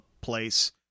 place